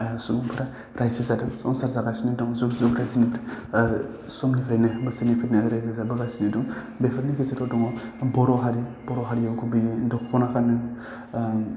सुबुंफ्रा रायजो जादों संसार जागासिनो दं जुग जुगै जों समनिफ्रायनो बोसोरनिफ्रायनो रायजो जाबोगासिनो दं बेफोरनि गेजेराव दङ बर' हारि बर' हारियाव गुबैयै दख'ना गानो